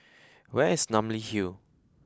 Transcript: where is Namly Hill